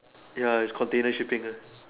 ya it continue shipping ah